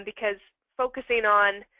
because focusing on